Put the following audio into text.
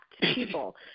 people